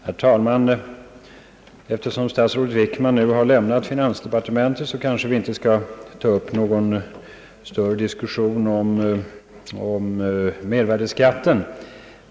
Herr talman! Eftersom statsrådet Wickman har lämnat finansdepartementet skall vi kanske inte ta upp nå gon större diskussion om mervärdeskatten.